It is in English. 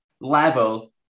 level